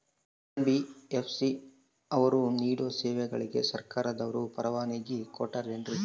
NBFC ಅವರು ನೇಡೋ ಸೇವೆಗಳಿಗೆ ಸರ್ಕಾರದವರು ಪರವಾನಗಿ ಕೊಟ್ಟಾರೇನ್ರಿ?